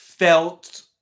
felt